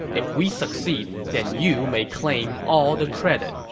if we succeed, then you may claim all the credit.